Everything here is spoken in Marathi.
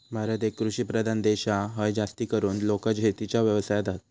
भारत एक कृषि प्रधान देश हा, हय जास्तीकरून लोका शेतीच्या व्यवसायात हत